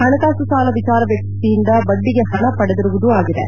ಹಣಕಾಸು ಸಾಲ ವಿಚಾರ ವ್ಯಕ್ತಿಯಿಂದ ಬಡ್ಡಿಗೆ ಹಣ ಪಡೆದಿರುವುದು ಆಗಿದೆ